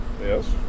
Yes